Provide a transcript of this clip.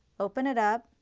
open it up